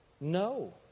No